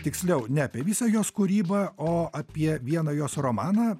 tiksliau ne apie visą jos kūrybą o apie vieną jos romaną